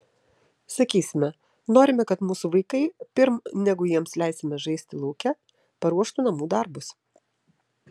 sakysime norime kad mūsų vaikai pirm negu jiems leisime žaisti lauke paruoštų namų darbus